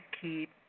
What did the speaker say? keep